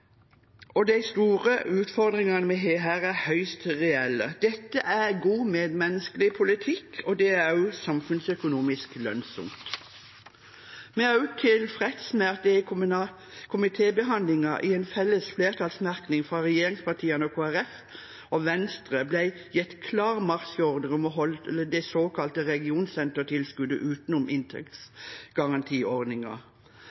barna. De store utfordringene vi har her, er høyst reelle. Dette er god medmenneskelig politikk, og det er også samfunnsøkonomisk lønnsomt. Vi er også tilfredse med at det i komitébehandlingen i en felles flertallsmerknad fra regjeringspartiene, Kristelig Folkeparti og Venstre ble gitt klar marsjordre om å holde det såkalte regionsentertilskuddet utenom